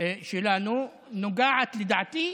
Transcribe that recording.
שלנו נוגעת, לדעתי,